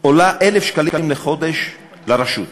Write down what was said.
עולים 1,000 שקלים לחודש לרשות.